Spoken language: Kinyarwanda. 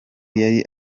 yari